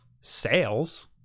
sales